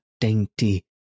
dainty